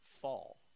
fall